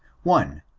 one.